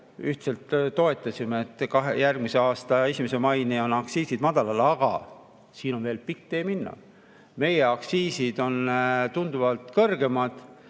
ühtselt toetasime, et järgmise aasta 1. maini on aktsiisid madalal, aga siin on veel pikk tee minna. Meie aktsiisid on tunduvalt kõrgemad